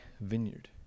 vineyard